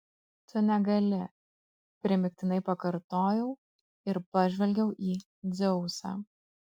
tu negali primygtinai pakartojau ir pažvelgiau į dzeusą